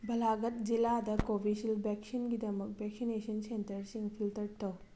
ꯕꯂꯥꯘꯠ ꯖꯤꯂꯥꯗ ꯀꯣꯚꯤꯁꯤꯜ ꯚꯦꯛꯁꯤꯟꯒꯤꯗꯃꯛ ꯚꯦꯛꯁꯤꯅꯦꯁꯟ ꯁꯦꯟꯇꯔꯁꯤꯡ ꯐꯤꯜꯇꯔ ꯇꯧ